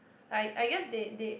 I I guess they they